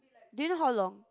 do you know how long